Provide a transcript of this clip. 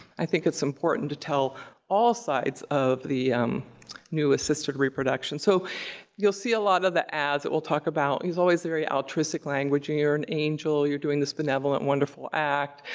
i think it's important to tell all sides of the new assisted reproduction. so you'll see a lot of the ads that we'll talk about use always very altruistic language, you're an angel. you're doing this benevolent, wonderful act.